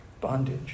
bondage